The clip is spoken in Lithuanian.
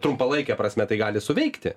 trumpalaike prasme tai gali suveikti